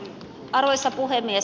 arvoisa puhemies